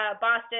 Boston